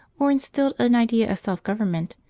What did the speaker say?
or instilled an idea of self-government,